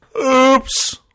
Oops